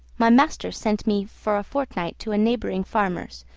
my master sent me for a fortnight to a neighboring farmer's,